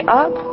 up